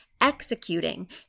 executing